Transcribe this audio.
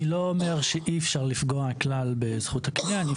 אני לא אומר שאי אפשר לפגוע כלל בזכות הקניין.